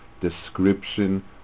description